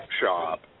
shop